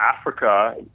Africa